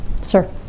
Sir